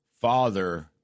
father